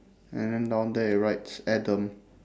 and then down there it writes adam